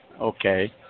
Okay